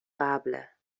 قبله